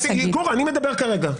אני מדבר כרגע.